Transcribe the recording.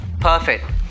Perfect